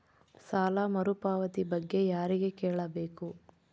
ಸಾಲ ಮರುಪಾವತಿ ಬಗ್ಗೆ ಯಾರಿಗೆ ಕೇಳಬೇಕು?